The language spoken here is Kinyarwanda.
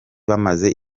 bamaze